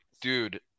dude